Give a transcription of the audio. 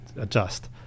adjust